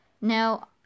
Now